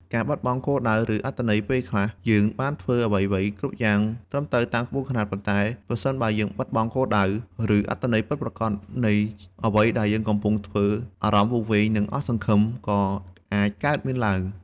ការបាត់បង់គោលដៅ ឬអត្ថន័យពេលខ្លះ យើងបានធ្វើអ្វីៗគ្រប់យ៉ាងត្រឹមត្រូវតាមក្បួនខ្នាត ប៉ុន្តែប្រសិនបើយើងបាត់បង់គោលដៅ ឬអត្ថន័យពិតប្រាកដនៃអ្វីដែលយើងកំពុងធ្វើ អារម្មណ៍វង្វេង និងអស់សង្ឃឹមក៏អាចកើតមានឡើង។